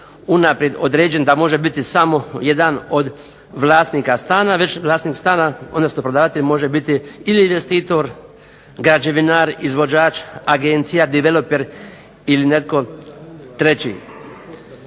unaprijed određen da može biti samo jedan od vlasnika stana već vlasnik stana odnosno prodavatelj može biti ili investitor, građevinar, izvođač, agencija, diveloper ili netko treći.